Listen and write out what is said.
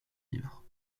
vivre